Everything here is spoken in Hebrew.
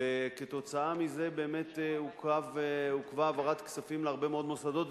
וכתוצאה מזה באמת עוכבה העברת כספים להרבה מאוד מוסדות,